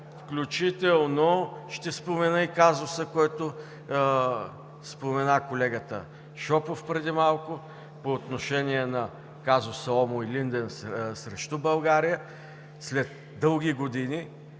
Включително ще спомена и казуса, който спомена колегата Шопов преди малко по отношение на казуса ОМО „Илинден“ срещу България. След дълги години